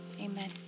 amen